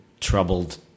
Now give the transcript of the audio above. troubled